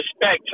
respect